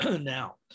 now